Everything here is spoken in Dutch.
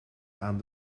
aan